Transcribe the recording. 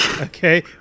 okay